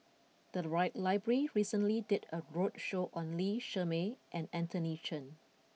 the right library recently did a roadshow on Lee Shermay and Anthony Chen